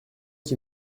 qui